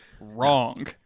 wrong